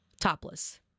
topless